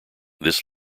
this